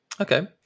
Okay